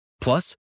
Plus